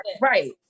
right